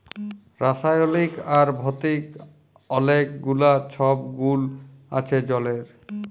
রাসায়লিক আর ভতিক অলেক গুলা ছব গুল আছে জলের